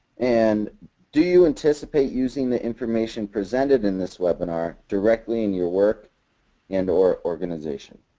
and do you anticipate using the information presented in this webinar directly in your work and or organization?